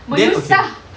menyusah